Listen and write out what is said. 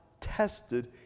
tested